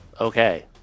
Okay